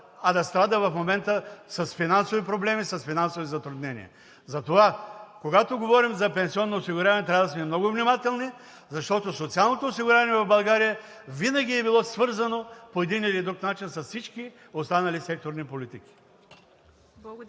а да страда в момента с финансови проблеми, с финансови затруднения. Затова, когато говорим за пенсионно осигуряване, трябва да сме много внимателни, защото социалното осигуряване в България винаги е било свързано по един или друг начин с всички останали секторни политики.